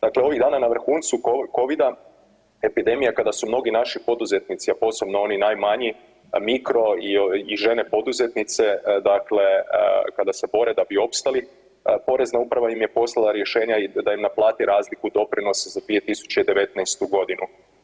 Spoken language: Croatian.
Dakle, ovih dana na vrhuncu Covida epidemije kada su mnogi naši poduzetnici, a posebno oni najmanji mikro i žene poduzetnice, dakle kada se bore da bi opstali, Porezna uprava im je poslala rješenja da im naplati razliku doprinosa za 2019. godinu.